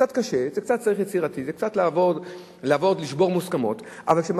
והולכות לעבוד שם